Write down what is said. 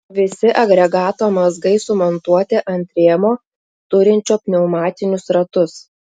visi agregato mazgai sumontuoti ant rėmo turinčio pneumatinius ratus